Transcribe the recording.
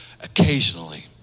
occasionally